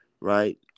right